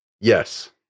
Yes